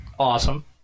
awesome